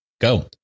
Go